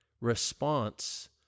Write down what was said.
response